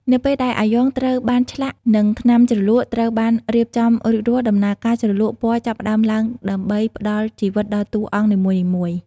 នៅពេលដែលអាយ៉ងត្រូវបានឆ្លាក់និងថ្នាំជ្រលក់ត្រូវបានរៀបចំរួចរាល់ ដំណើរការជ្រលក់ពណ៌ចាប់ផ្តើមឡើងដើម្បីផ្តល់ជីវិតដល់តួអង្គនីមួយៗ។